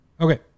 Okay